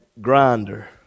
grinder